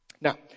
Now